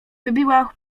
wybiła